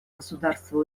государства